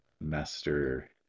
Master